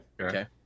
Okay